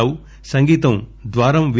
రావు సంగీతం ద్వారం వి